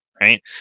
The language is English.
right